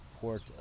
port